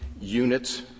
units